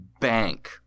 bank